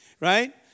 right